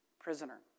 prisoner